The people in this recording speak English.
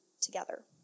together